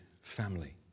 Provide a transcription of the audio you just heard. family